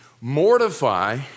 Mortify